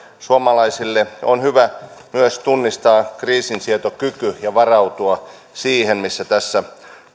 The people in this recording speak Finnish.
suomalaisten on hyvä myös tunnistaa kriisinsietokyky ja varautua siihen mihin tässä